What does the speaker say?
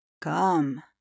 Come